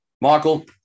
Michael